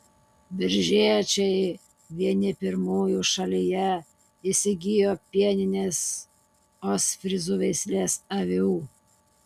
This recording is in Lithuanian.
biržiečiai vieni pirmųjų šalyje įsigijo pieninės ostfryzų veislės avių